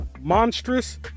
monstrous